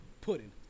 Pudding